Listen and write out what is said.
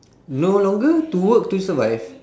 no longer to work to survive